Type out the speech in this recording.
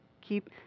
keep